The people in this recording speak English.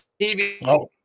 TV